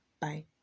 Bye